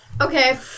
Okay